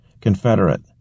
Confederate